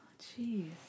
Jeez